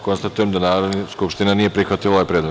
Konstatujem da Narodna skupština nije prihvatila ovaj predlog.